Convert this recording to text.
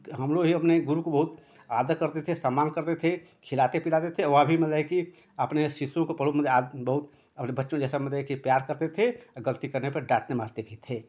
हम लोग भी अपने गुरु को बहुत आदर करते थे सम्मान करते थे खिलाते पिलाते थे अभी मदे है कि आपने शिष्यों को बहुत अपने बच्चों जैसा मदे है कि प्यार करते थे आ गलती करने पर डाँटते मारते भी थे